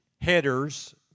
headers